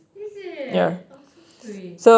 is it oh so sweet